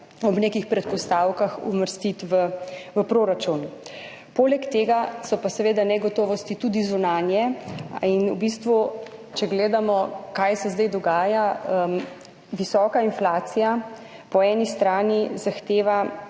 ob nekih predpostavkah uvrstiti v proračun. Poleg tega so pa seveda negotovosti tudi zunanje. Če gledamo, kaj se zdaj dogaja, visoka inflacija po eni strani zahteva